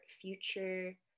future